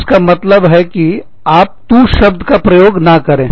इसका मतलब है कि आप तू शब्द का प्रयोग ना करें